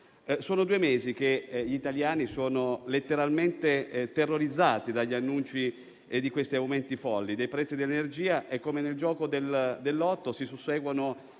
Sono due mesi che gli italiani sono letteralmente terrorizzati dagli annunci degli aumenti folli dei prezzi dell'energia. Come nel gioco del lotto, si susseguono